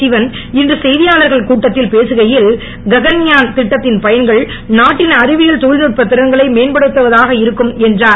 சிவன் இன்று செய்தியாளர்கள் கூட்டத்தில் பேசுகையில் ககன்யான் திட்டத்தின் பயன்கள் நாட்டின் அறிவியல் தொழில்நுட்ப திறன்களை மேம்படுத்துவதாக இருக்கும் என்றார்